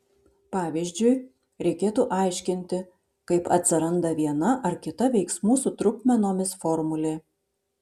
pavyzdžiui reikėtų aiškinti kaip atsiranda viena ar kita veiksmų su trupmenomis formulė